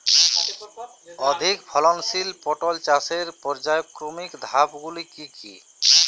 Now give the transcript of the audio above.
অধিক ফলনশীল পটল চাষের পর্যায়ক্রমিক ধাপগুলি কি কি?